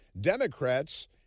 Democrats